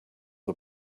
his